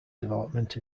development